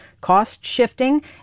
cost-shifting